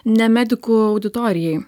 ne medikų auditorijai